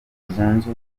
zunze